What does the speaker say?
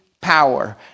power